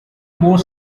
more